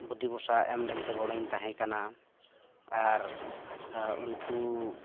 ᱵᱩᱫᱫᱷᱤ ᱵᱷᱚᱨᱥᱟ ᱮᱢᱞᱟᱹᱜᱤᱫ ᱛᱮ ᱜᱚᱲᱚᱧ ᱛᱟᱦᱮᱸ ᱠᱟᱱᱟ ᱟᱨ ᱩᱱᱠᱩ